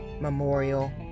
Memorial